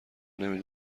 نمی